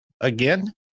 again